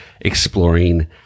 exploring